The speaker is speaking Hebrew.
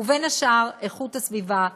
ובין השאר איכות הסביבה,